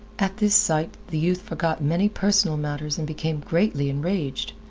at this sight the youth forgot many personal matters and became greatly enraged.